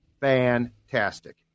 fantastic